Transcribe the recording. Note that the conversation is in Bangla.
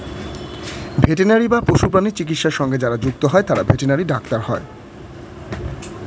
ভেটেনারি বা পশুপ্রাণী চিকিৎসা সঙ্গে যারা যুক্ত হয় তারা ভেটেনারি ডাক্তার হয়